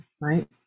right